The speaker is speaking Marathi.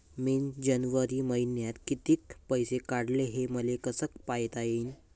मिन जनवरी मईन्यात कितीक पैसे काढले, हे मले कस पायता येईन?